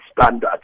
standards